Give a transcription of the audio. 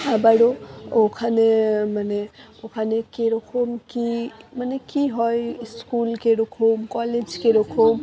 আবারও ওখানে মানে ওখানে কীরকম কী মানে কী হয় স্কুল কীরকম কলেজ কীরকম